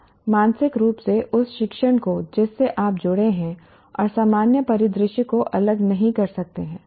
आप मानसिक रूप से उस शिक्षण को जिस से आप जुड़े हैं और सामान्य परिदृश्य को अलग नहीं कर सकते हैं